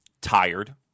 tired